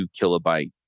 kilobyte